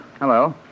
Hello